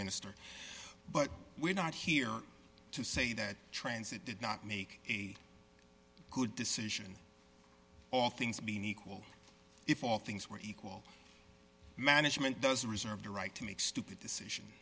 minister but we're not here to say that transit did not make a good decision all things being equal if all things were equal management does reserve the right to make stupid decision